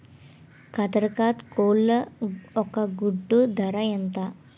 కదక్నత్ కోళ్ల ఒక గుడ్డు ధర ఎంత?